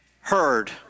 heard